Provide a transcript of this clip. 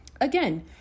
Again